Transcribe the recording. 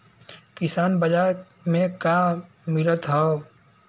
किसान बाजार मे का मिलत हव?